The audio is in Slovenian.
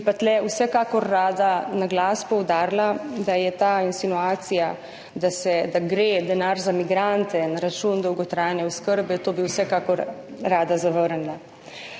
Bi pa tu vsekakor rada na glas poudarila, da je insinuacija, da gre denar za migrante na račun dolgotrajne oskrbe – to bi vsekakor rada zavrnila.